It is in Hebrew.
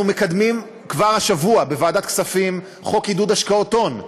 אנחנו מקדמים כבר השבוע בוועדת כספים חוק עידוד השקעות הון,